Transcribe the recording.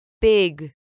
big